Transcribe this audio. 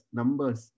numbers